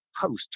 host